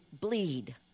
bleed